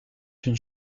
une